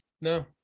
No